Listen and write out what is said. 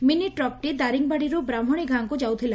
ମିନିଟ୍ରକ୍ଟି ଦାରିଙ୍ଗିବାଡ଼ିରୁ ବ୍ରାହ୍କଶୀ ଗାଁକୁ ଯାଉଥିଲା